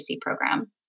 program